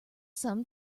sum